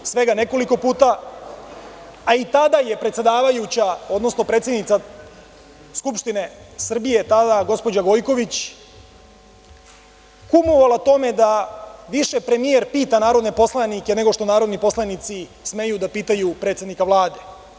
Svega nekoliko puta, a i tada je predsednica Skupštine Srbije, tada gospođa Gojković, kumovala tome da više premijer pita narodne poslanike, nego što narodni poslanici smeju da pitaju predsednika Vlade.